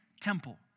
temple